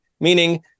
meaning